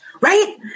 right